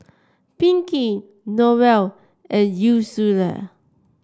Pinkey Noelle and Ursula